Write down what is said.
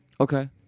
okay